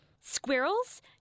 Squirrels